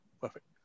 perfect